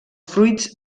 fruits